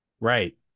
Right